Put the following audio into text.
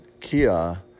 Kia